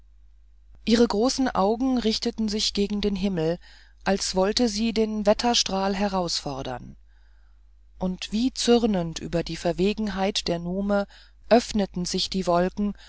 ihre großen augen richteten sich gegen den himmel als wollte sie den wetterstrahl herausfordern und wie zürnend über die verwegenheit der nume öffnete sich die wolke